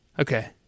Okay